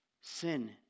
sin